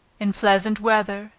in pleasant weather,